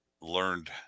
learned